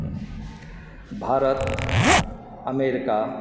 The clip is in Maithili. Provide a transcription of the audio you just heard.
भारत अमेरिका